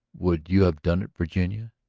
would you have done it, virginia.